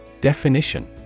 Definition